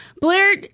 Blair